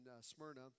Smyrna